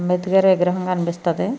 అంబేద్కర్ విగ్రహం కనిపిస్తుంది